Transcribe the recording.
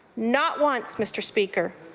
not once, mr. speaker.